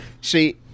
See